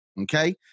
Okay